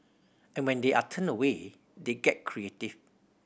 and when they are turned away they get creative